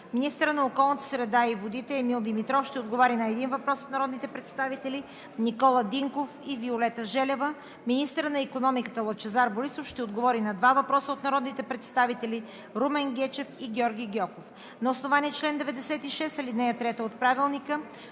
Министърът на околната среда и водите Емил Димитров ще отговори на един въпрос от народните представители Никола Динков и Виолета Желева. 3. Министърът на икономиката Лъчезар Борисов ще отговори на два въпроса от народните представители Румен Гечев; и Георги Гьоков. На основание чл. 96, ал. 3 от Правилника